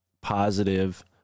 positive